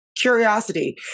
Curiosity